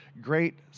great